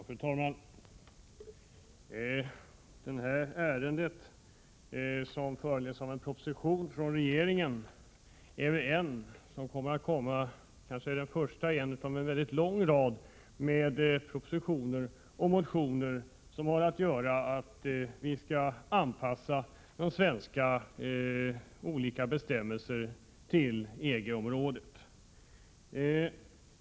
Fru talman! Det här ärendet, som föranleds av en proposition från regeringen, är kanske det första ärendet i en lång rad av ärenden som gäller att vi skall anpassa svenska bestämmelser till EG-området.